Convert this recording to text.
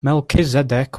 melchizedek